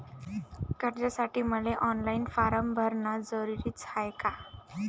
कर्जासाठी मले online form भरन जरुरीच हाय का?